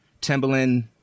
Timberland